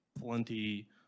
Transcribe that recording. plenty